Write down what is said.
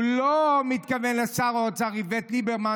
הוא לא מתכוון לשר האוצר איווט ליברמן,